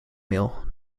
mail